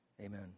amen